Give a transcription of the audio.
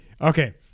Okay